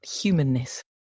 humanness